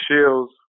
Shields